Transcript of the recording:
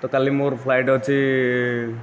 ତ କାଲି ମୋର ଫ୍ଲାଇଟ୍ ଅଛି